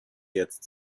jetzt